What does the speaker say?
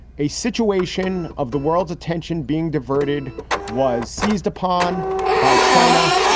a situation of the world's attention being diverted was seized upon by china.